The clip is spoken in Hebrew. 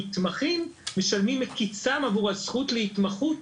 המתמחים משלמים מכיסם עבור הזכות להתמחות,